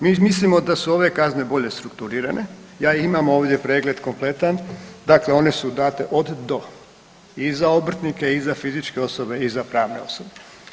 Mi mislimo da su ove kazne bolje strukturirane, ja ih imam ovdje pregled kompletan, dakle one su date od do, i za obrtnike i za fizičke osobe i za pravne osobe.